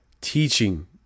Teaching